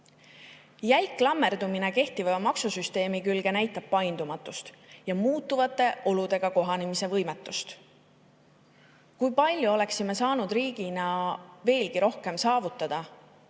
klammerdumine kehtiva maksusüsteemi külge näitab paindumatust ja võimetust muutuvate oludega kohaneda. Kui palju oleksime saanud riigina veelgi rohkem saavutada,